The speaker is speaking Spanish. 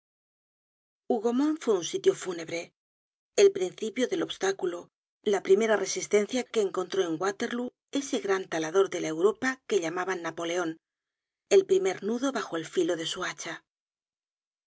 hougomont fue un sitio fúnebre el principio del obstáculo la primera resistencia que encontró en waterlóo ese gran talador de la europa que llamaban napoleon el primer nudo bajo el filo de